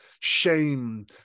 shame